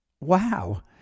Wow